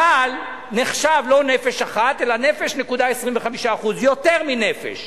הבעל נחשב לא נפש אחת, אלא 1.25 נפש, יותר מנפש.